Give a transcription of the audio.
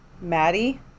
Maddie